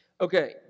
Okay